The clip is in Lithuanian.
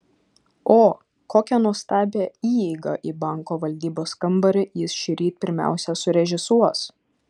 o kokią nuostabią įeigą į banko valdybos kambarį jis šįryt pirmiausia surežisuos